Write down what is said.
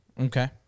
Okay